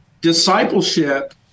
discipleship